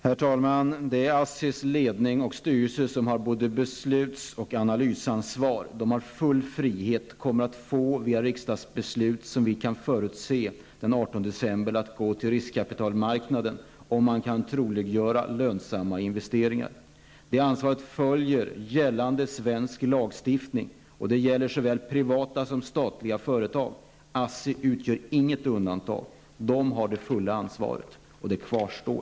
Herr talman! Det är ASSIs ledning och styrelse som har både besluts och analysansvar. Den har enligt det riksdagsbeslut av den 18 december som vi kan förutse full frihet att gå till riskkapitalmarknaden, om den kan göra troligt att det gäller lönsamma investeringar. Det ansvaret följer gällande svensk lagstiftning, och denna äger tillämpning på såväl statliga som privata företag. ASSI utgör inget undantag. Styrelsen har det fulla ansvaret, och det kvarstår.